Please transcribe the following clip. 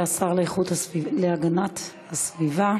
יעלה השר להגנת הסביבה